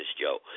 Joe